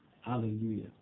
hallelujah